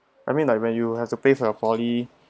I mean like when you have to pay for your poly